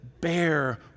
bear